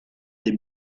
des